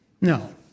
No